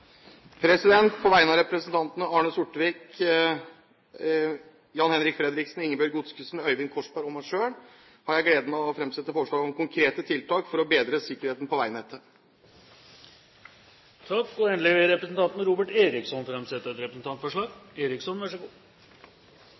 representantforsalg. På vegne av representantene Arne Sortevik, Jan-Henrik Fredriksen, Ingebjørg Godskesen, Øyvind Korsberg og meg selv har jeg gleden av å framsette forslag om konkrete tiltak for å bedre sikkerheten på veinettet. Representanten Robert Eriksson vil framsette et representantforslag.